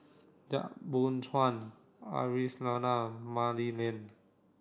Yap Boon Chuan Aisyah Lyana Mah Li Lian